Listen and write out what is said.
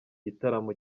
gitaramo